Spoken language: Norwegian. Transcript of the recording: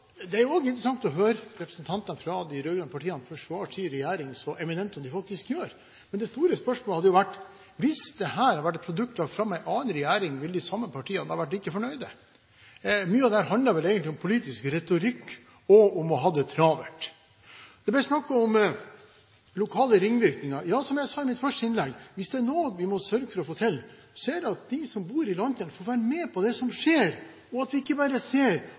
Det er også interessant å høre representantene fra de rød-grønne partiene forsvare sin regjering så eminent som de faktisk gjør. Men det store spørsmålet hadde jo vært: Hvis dette hadde vært et produkt lagt fram av en annen regjering, ville de samme partiene ha vært like fornøyde? Mye av det handler vel egentlig om politisk retorikk og om å ha det travelt. Det ble snakk om lokale ringvirkninger. Ja, som jeg sa i første innlegg, hvis det er noe vi må sørge for å få til, er det at de som bor i landsdelen, får være med på det som skjer, og at vi ikke bare ser